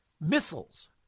missiles